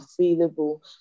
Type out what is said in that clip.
available